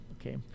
okay